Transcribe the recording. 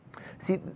See